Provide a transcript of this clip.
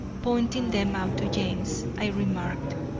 pointing them out to james, i remarked,